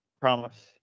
Promise